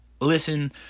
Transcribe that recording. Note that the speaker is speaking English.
listen